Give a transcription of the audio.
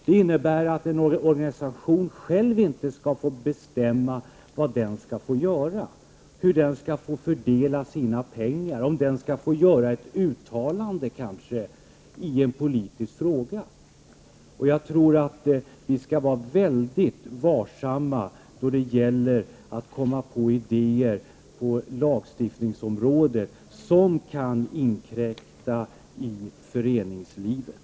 Det innebär att en organisation själv inte skall få bestämma vad den skall få göra, hur den skall få fördela sina pengar och om den kanske skall få göra ett uttalande i en politisk fråga. Jag tror att vi skall vara mycket varsamma då det gäller att komma på idéer på lagstiftningsområdet som kan inkräkta på föreningslivet.